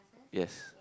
yes